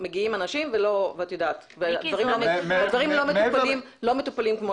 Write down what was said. מגיעים והדברים לא מטופלים כמו שצריך.